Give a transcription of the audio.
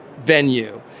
venue